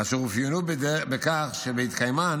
אשר אופיינו בכך שבהתקיימן